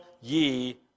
ye